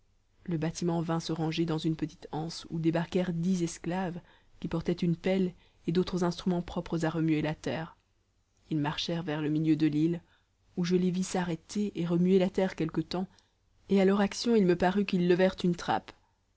le bâtiment vint se ranger dans une petite anse où débarquèrent dix esclaves qui portaient une pelle et d'autres instruments propres à remuer la terre ils marchèrent vers le milieu de l'île où je les vis s'arrêter et remuer la terre quelque temps et à leur action il me parut qu'ils levèrent une trappe